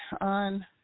on